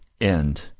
end